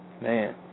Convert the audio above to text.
Man